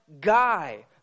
guy